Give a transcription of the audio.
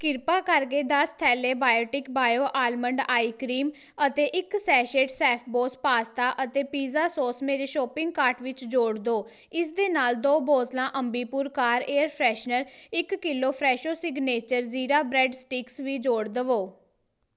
ਕਿਰਪਾ ਕਰਕੇ ਦਸ ਥੈਲੈ Biotique bio almond eye cream ਅਤੇ ਇੱਕ ਸੈਸ਼ੇਟ ਸ਼ੈੱਫਬੌਸ ਪਾਸਤਾ ਅਤੇ ਪੀਜ਼ਾ ਸੌਸ ਮੇਰੇ ਸ਼ੋਪਿੰਗ ਕਾਰਟ ਵਿੱਚ ਜੋੜ ਦਿਉ ਇਸ ਦੇ ਨਾਲ ਦੋ ਬੋਤਲਾਂ ਅੰਬੀਪੁਰ ਕਾਰ ਏਅਰ ਫਰੈਸ਼ਨਰ ਇੱਕ kilo Fresho signature jeera bread sticks ਵੀ ਜੋੜ ਦੇਵੋ